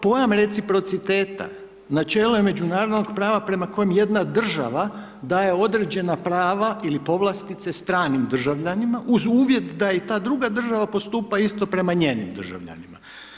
Pojam reciprociteta, načelo je međunarodnog prava prema kojim jedna država daje određena prava ili povlastice stranim državljanima, uz uvjet da ta i druga država postupa isto prema njenim državljanima.